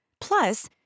Plus